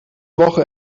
woche